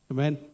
Amen